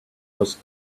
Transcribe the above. was